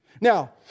Now